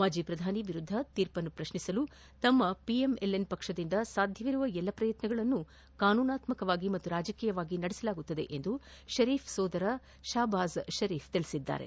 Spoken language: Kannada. ಮಾಜಿ ಪ್ರಧಾನಿ ವಿರುದ್ದದ ತೀರ್ಮ ಪ್ರತ್ನಿಸಲು ತಮ್ಮ ಪಿಎಂಎಲ್ಎನ್ ಪಕ್ಷದಿಂದ ಸಾಧ್ಯವಿರುವ ಎಲ್ಲಾ ಪ್ರಯತ್ನಗಳನ್ನು ಕಾನೂನಾತ್ಮಕವಾಗಿ ಹಾಗೂ ರಾಜಕೀಯವಾಗಿ ನಡೆಸಲಾಗುವುದು ಎಂದು ಶರೀಫ್ ಸಹೋದರ ಶಹಬಾಜ್ ಶರೀಫ್ ತಿಳಿಸಿದ್ದಾರೆ